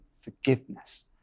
forgiveness